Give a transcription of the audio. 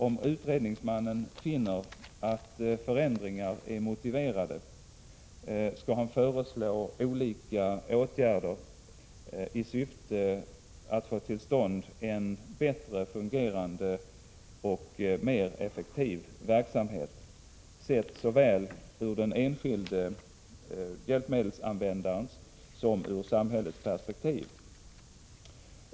Om utredningsmannen finner att förändringar är motiverade, skall han föreslå olika åtgärder i syfte att få till stånd en bättre fungerande och mer effektiv verksamhet sett såväl ur den enskilde hjälpmedelsanvändarens som ur samhällets perspektiv.